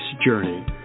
journey